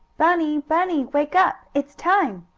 bunny! bunny! wake up! it's time!